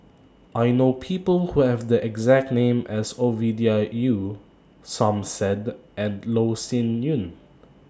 I know People Who Have The exact name as Ovidia Yu Som Said and Loh Sin Yun